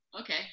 Okay